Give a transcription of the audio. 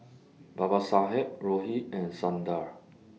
Babasaheb Rohit and Sundar